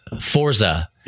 Forza